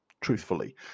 truthfully